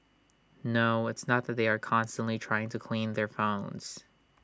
no it's not that they are constantly trying to clean their phones